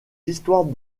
histoires